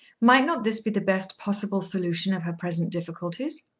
might not this be the best possible solution of her present difficulties?